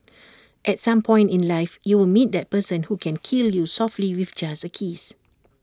at some point in life you will meet that person who can kill you softly with just A kiss